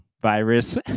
virus